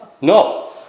No